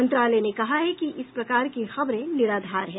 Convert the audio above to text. मंत्रालय ने कहा है कि इस प्रकार की खबरें निराधार हैं